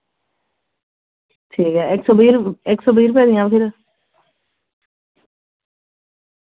ठीक ऐ इक्क सौ बीह् रपे दियां फिर